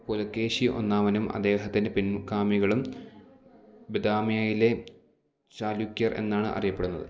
പുലകേശി ഒന്നാമനും അദ്ദേഹത്തിന്റെ പിൻഗാമികളും ബദാമിയയിലെ ചാലൂക്യർ എന്നാണറിയപ്പെടുന്നത്